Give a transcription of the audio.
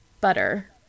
butter